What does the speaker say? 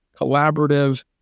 collaborative